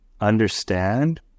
understand